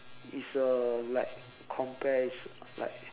it's a like compare is like